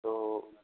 तो